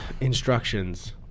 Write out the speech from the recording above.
Instructions